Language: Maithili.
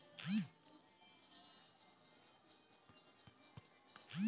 बड़की मछली छोटकी मछली के खाय के, छोटकी मछली लारवा के खाय के भोजन चक्र चलैतें रहै छै